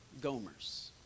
gomers